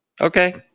Okay